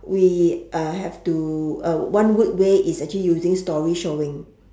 we uh have to uh one good way is actually using story showing